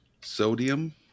sodium